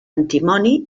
antimoni